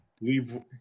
Leave